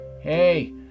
hey